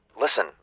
Listen